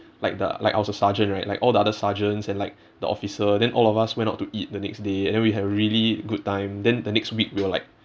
like the like I was a sergeant right like all the other sergeants and like the officer then all of us went out to eat the next day and then we had a really good time then the next week we were like